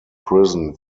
prison